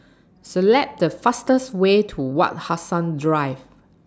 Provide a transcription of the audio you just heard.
Select The fastest Way to Wak Hassan Drive